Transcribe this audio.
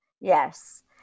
Yes